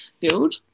build